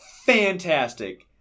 fantastic